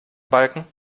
balken